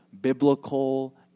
biblical